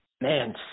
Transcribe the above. man